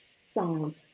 sound